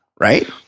right